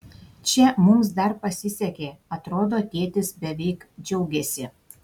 čia mums dar pasisekė atrodo tėtis beveik džiaugėsi